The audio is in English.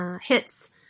hits